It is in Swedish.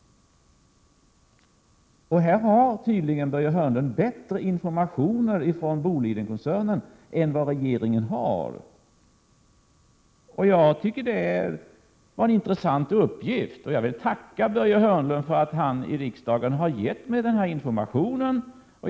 Här har tydligen Börje Hörnlund bättre informationer från Bolidenkoncernen än vad regeringen har. Detta var en intressant uppgift, och jag vill tacka Börje Hörnlund för att han i riksdagen har gett mig denna information.